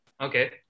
okay